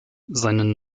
seinen